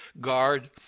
guard